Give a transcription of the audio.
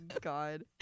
god